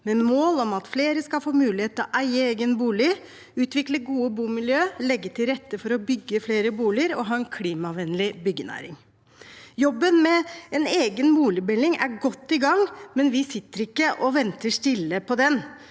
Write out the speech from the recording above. med mål om at flere skal få mulighet til å eie egen bolig, utvikle gode bomiljø, legge til rette for å bygge flere boliger og ha en klimavennlig byggenæring. Jobben med en egen boligmelding er godt i gang, men vi sitter ikke stille og venter på den.